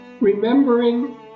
Remembering